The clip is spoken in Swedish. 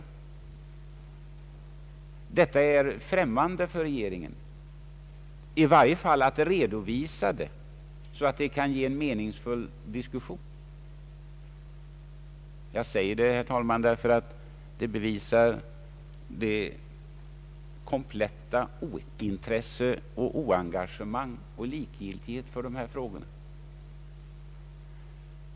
Detta är främmande för regeringen — i varje fall är det främmande för regeringen att lämna en redovisning som skulle kunna ge en meningsfylld diskussion. Jag säger detta, herr talman, därför att det bevisar komplett ointresse, oengagemang och likgiltighet för dessa frågor.